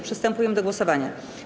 Przystępujemy do głosowania.